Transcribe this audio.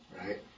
Right